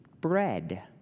bread